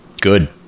good